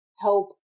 help